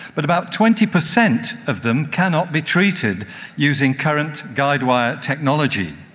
but about twenty percent of them cannot be treated using current guide wire technology.